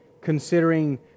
considering